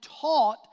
taught